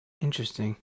Interesting